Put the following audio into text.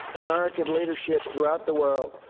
american leadership throughout the world,